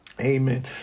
Amen